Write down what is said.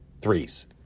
threes